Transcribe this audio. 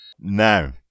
Now